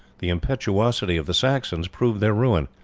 the impetuosity of the saxons proved their ruin.